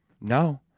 No